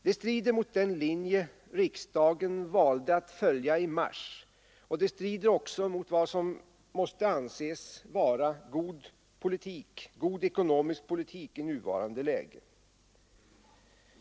Det strider mot den linje riksdagen valde att följa i mars, och det strider också mot vad som måste anses vara god ekonomisk politik i nuvarande läge.